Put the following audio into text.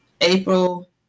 April